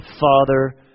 Father